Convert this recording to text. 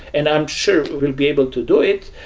and i'm sure we'll be able to do it.